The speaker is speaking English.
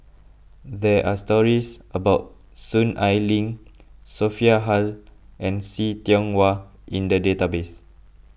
there are stories about Soon Ai Ling Sophia Hull and See Tiong Wah in the database